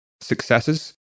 successes